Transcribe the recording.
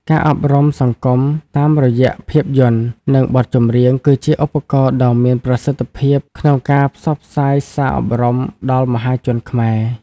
ការអប់រំសង្គមតាមរយៈភាពយន្ត និងបទចម្រៀង គឺជាឧបករណ៍ដ៏មានប្រសិទ្ធភាពក្នុងការផ្សព្វផ្សាយសារអប់រំដល់មហាជនខ្មែរ។